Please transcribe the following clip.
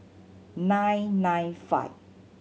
nine nine five